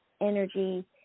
energy